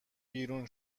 بیرون